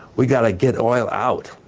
we got to get oil out!